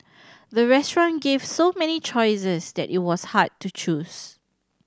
the restaurant gave so many choices that it was hard to choose